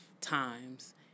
times